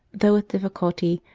though with difficulty,